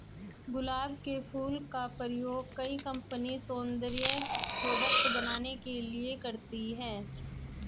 गुलाब के फूल का प्रयोग कई कंपनिया सौन्दर्य प्रोडेक्ट बनाने के लिए करती है